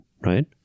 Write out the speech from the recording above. right